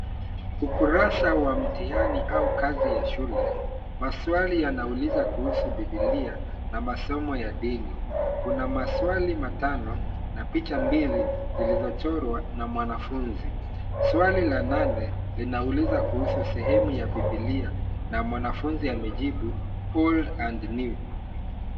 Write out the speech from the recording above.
Ukurasa wa mtihani au kazi ya shule, maswali yanauliza kuhusu bibilia na masomo ya dini. Kuna maswali matano na picha mbili zilizochorwa na mwanafunzi. Swali la nane linauliza kuhusu sehemu ya bibilia na mwanafunzi amejibu, old and new .